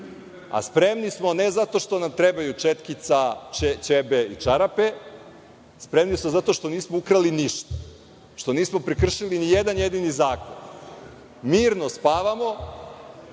a spremni smo ne zato što nam trebaju četkica, ćebe i čarape, spremni smo zato što nismo ukrali ništa, što nismo prekršili ni jedan jedini zakon. mirno spavamo